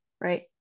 right